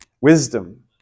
wisdom